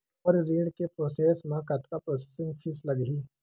मोर ऋण के प्रोसेस म कतका प्रोसेसिंग फीस लगही?